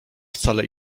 wcale